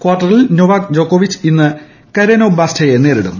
കാർട്ടറിൽ നൊവാക് ജോക്കോവിച്ച് ഇന്ന് കരെനൊ ബസ്റ്റയെ നേരിടും